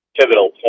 pivotal